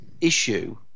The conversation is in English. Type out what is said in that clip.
issue